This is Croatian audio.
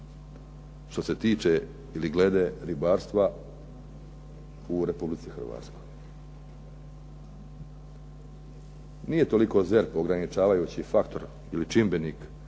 što se tiče ili glede ribarstva u RH. Nije toliko ZERP ograničavajući faktor ili čimbenik